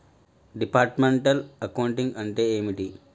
Departmental accounting అంటే ఏమిటి?